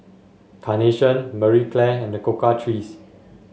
Carnation Marie Claire and The Cocoa Trees